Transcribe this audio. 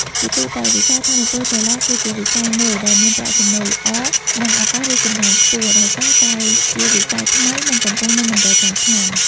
ជាទូទៅ វិស័យថាមពលសូឡាគឺជាវិស័យមួយដែលមានប្រាក់ចំណូលល្អ និង ឱកាសរីកចម្រើនខ្ពស់ ដោយសារតែជាវិស័យថ្មី និងកំពុងមានតម្រូវការខ្លាំង។